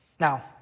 Now